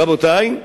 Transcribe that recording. רבותי,